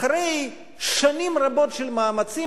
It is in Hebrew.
אחרי שנים רבות של מאמצים,